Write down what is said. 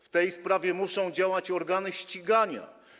W tej sprawie muszą działać organy ścigania.